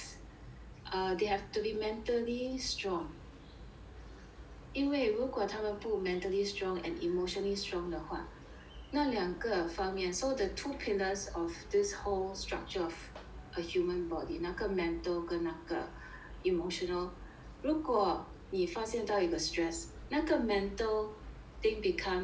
err they have to be mentally strong 因为如果他们不 mentally strong and emotionally strong 的话那两个方面 so the two pillars of this whole structure of a human body 那个 mental 跟那个 emotional 如果你发现到 you are stressed 那个 mental thing become